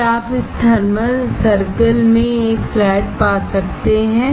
क्या आप इस सर्कल में एक फ्लैट पा सकते हैं